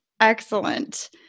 Excellent